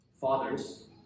Fathers